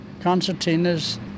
concertinas